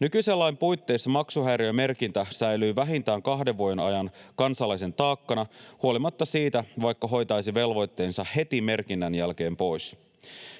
Nykyisen lain puitteissa maksuhäiriömerkintä säilyy vähintään kahden vuoden ajan kansalaisen taakkana huolimatta siitä, vaikka hoitaisi velvoitteensa heti merkinnän jälkeen pois.